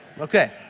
Okay